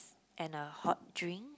and a hot drink